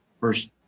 first